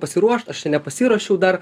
pasiruošt aš čia nepasiruošiau dar